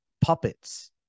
puppets